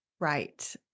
Right